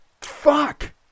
Fuck